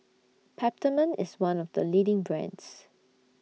Peptamen IS one of The leading brands